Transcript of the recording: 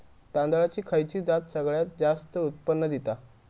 तांदळाची खयची जात सगळयात जास्त उत्पन्न दिता?